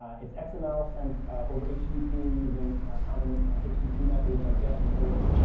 it's xml sent over http using common http methods like get and post.